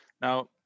Now